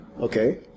Okay